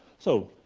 so,